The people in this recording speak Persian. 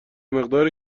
مقدار